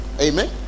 Amen